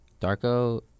Darko